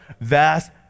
vast